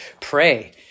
pray